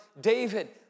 David